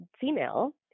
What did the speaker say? female